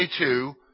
22